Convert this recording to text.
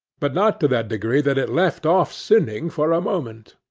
but not to that degree that it left off sinning for a moment.